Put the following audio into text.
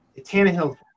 Tannehill